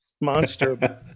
monster